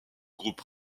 groupe